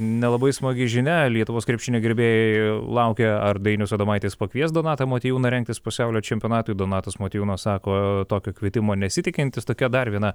nelabai smagi žinia lietuvos krepšinio gerbėjų laukia ar dainius adomaitis pakvies donatą motiejūną rengtis pasaulio čempionatui donatas motiejūnas sako tokio kvietimo nesitikintis tokia dar viena